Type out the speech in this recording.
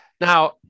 Now